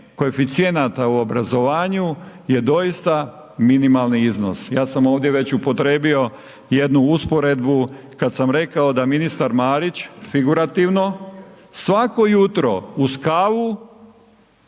koeficijenata u obrazovanju je doista minimalni iznos. Ja sam ovdje već upotrijebio jednu usporedbu kad sam rekao da ministar Marić, figurativno, svako jutro uz kavu